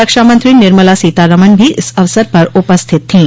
रक्षा मंत्री निर्मला सीतारमन भी इस अवसर पर उपस्थित थीं